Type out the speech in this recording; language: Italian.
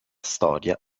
storia